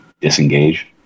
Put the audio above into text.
disengage